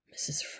Mrs